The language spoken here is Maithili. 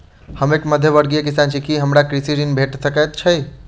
हम एक मध्यमवर्गीय किसान छी, की हमरा कृषि ऋण भेट सकय छई?